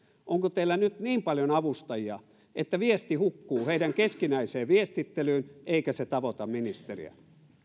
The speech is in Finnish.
onko teillä nyt niin paljon avustajia että viesti hukkuu heidän keskinäiseen viestittelyynsä eikä tavoita ministeriä